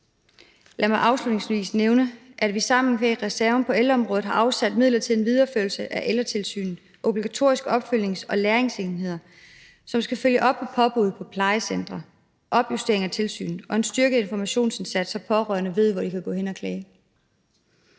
Lad mig afslutningsvis nævne, at vi sammen via reserven på ældreområdet har afsat midler til en videreførelse af Ældretilsynet; obligatorisk opfølgnings- og læringsenheder, som skal følge op på påbud på plejecentrene; opjustering af tilsynet og en styrket informationsindsats, så pårørende ved, hvor de kan gå hen og klage.